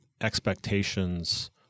expectations